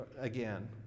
again